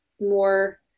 more